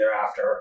thereafter